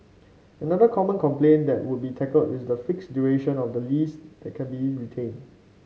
another common complaint that would be tackled is the fixed duration of the lease that can be retained